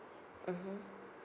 mmhmm